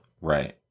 Right